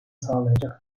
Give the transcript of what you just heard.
sağlayacak